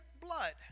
blood